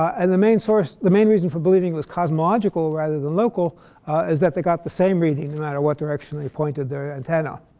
and the main sort of the main reason for believing it was cosmological rather than local is that they got the same reading no matter what direction they pointed their antenna.